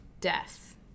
Death